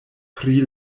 pri